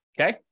okay